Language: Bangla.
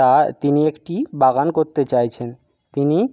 তা তিনি একটি বাগান করতে চাইছেন তিনি